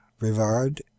Rivard